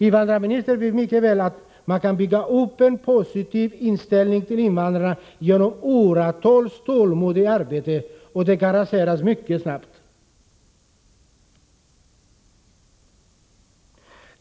Invandrarministern vet mycket väl att man kan bygga upp en positiv inställning till invandrarna genom åratals tålmodigt arbete, men att detta kan raseras mycket snabbt.